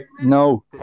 No